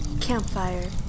Campfire